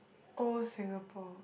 old Singapore